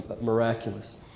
miraculous